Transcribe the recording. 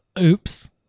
Oops